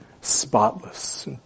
spotless